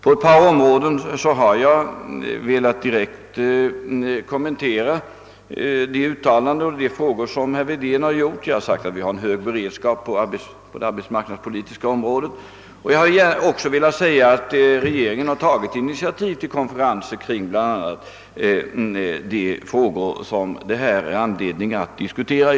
På ett par områden har jag velat direkt kommentera de uttalanden och de frågor som herr Wedén gjort. Jag har sagt att vi har en hög beredskap på det arbetsmarknadspolitiska området, och jag vill också säga att regeringen har tagit initiativ till konferenser kring de frågor som det finns anledning att diskutera.